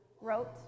wrote